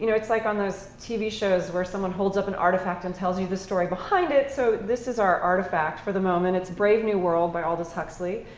you know it's like on those tv shows where someone holds up an artifact and tells you the story behind it. so this is our artifact for the moment, it's a brave new world by aldous huxley.